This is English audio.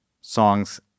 songs